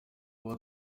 kuba